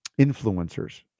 influencers